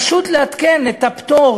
פשוט לעדכן את הפטור,